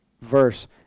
verse